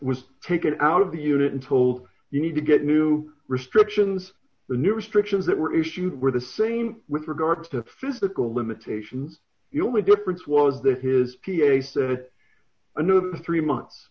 was taken out of the unit and told the need to get new restrictions the new restrictions that were issued were the same with regards to physical limitations the only difference was that his p a said another three months